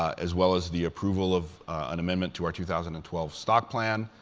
ah as well as the approval of an amendment to our two thousand and twelve stock plan,